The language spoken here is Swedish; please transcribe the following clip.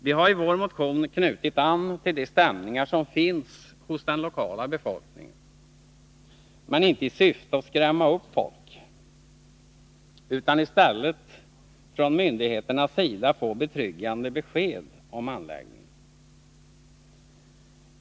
Vi har i vår motion knutit an till de stämningar som finns hos den lokala befolkningen, men inte i syfte att skrämma upp folk, utan i stället för att från myndigheternas sida få betryggande besked om anläggningen.